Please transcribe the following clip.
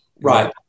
Right